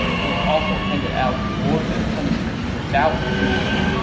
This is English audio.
he has also handed out rewards and punishments without reason.